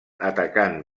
atacant